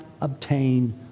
obtain